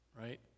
right